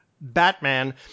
batman